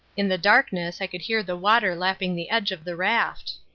in the darkness i could hear the water lapping the edge of the raft.